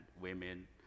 women